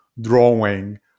drawing